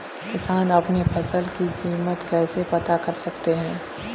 किसान अपनी फसल की कीमत कैसे पता कर सकते हैं?